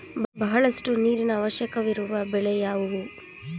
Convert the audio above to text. ಬಹಳಷ್ಟು ನೀರಿನ ಅವಶ್ಯಕವಿರುವ ಬೆಳೆ ಯಾವುವು?